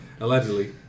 allegedly